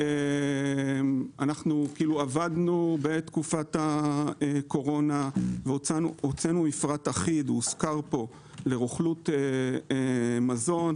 עבדנו בתקופת הקורונה והוצאנו בדצמבר 2020 מפרט אחיד לרוכלות מזון,